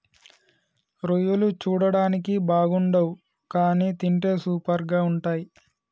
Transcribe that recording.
రొయ్యలు చూడడానికి బాగుండవ్ కానీ తింటే సూపర్గా ఉంటయ్